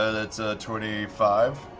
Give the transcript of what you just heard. ah that's a twenty five?